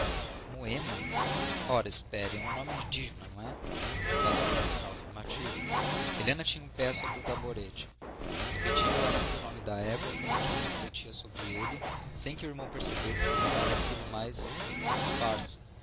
moema ora espere é um nome indígena não é estácio fez um sinal afirmativo helena tinha um pé sobre o tamborete repetiu ainda o nome da égua como quem refletia sobre ele sem que o irmão percebesse que não era aquilo mais do que um disfarce